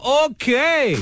okay